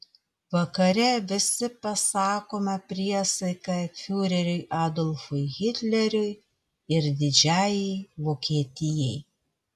vakare visi pasakome priesaiką fiureriui adolfui hitleriui ir didžiajai vokietijai